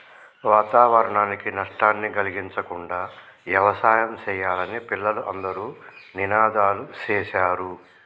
వాతావరణానికి నష్టాన్ని కలిగించకుండా యవసాయం సెయ్యాలని పిల్లలు అందరూ నినాదాలు సేశారు